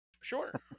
Sure